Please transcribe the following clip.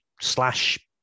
slash